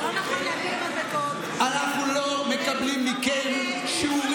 אנחנו לא שומעים כלום.